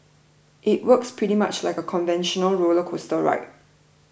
it works pretty much like a conventional roller coaster ride